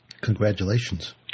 Congratulations